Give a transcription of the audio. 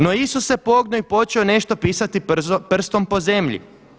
No Isus se pognuo i počeo nešto pisati prstom po zemlji.